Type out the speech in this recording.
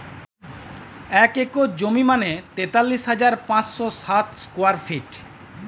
এক একর জমি মানে তেতাল্লিশ হাজার পাঁচশ ষাট স্কোয়ার ফিট